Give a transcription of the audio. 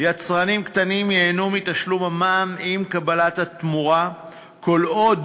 יצרנים קטנים ייהנו מתשלום המע"מ עם קבלת התמורה כל עוד